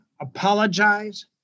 apologize